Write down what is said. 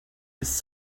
his